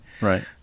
Right